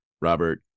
Robert